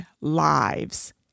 lives